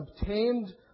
obtained